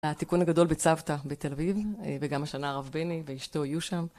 התיקון הגדול בצוותא בתל אביב, וגם השנה הרב בני ואשתו יהיו שם.